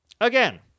Again